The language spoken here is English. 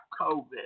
COVID